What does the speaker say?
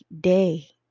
day